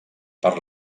per